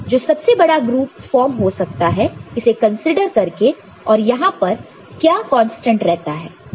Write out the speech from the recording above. जो सबसे बड़ा ग्रुप जो फॉर्म हो सकता है इसे कंसीडर करके और यहां पर क्या कांस्टेंट रहता है